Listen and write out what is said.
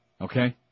Okay